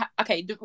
okay